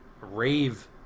rave